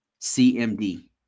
CMD